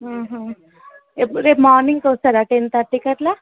ఎప్పుడు రేపు మార్నింగ్కి వస్తారా టెన్ థర్టీకి అట్లా